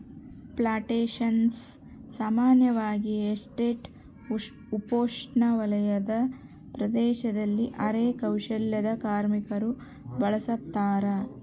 plantations ಸಾಮಾನ್ಯವಾಗಿ estate ಉಪೋಷ್ಣವಲಯದ ಪ್ರದೇಶದಲ್ಲಿ ಅರೆ ಕೌಶಲ್ಯದ ಕಾರ್ಮಿಕರು ಬೆಳುಸತಾರ